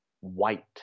white